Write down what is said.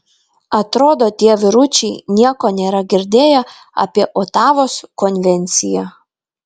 atrodo tie vyručiai nieko nėra girdėję apie otavos konvenciją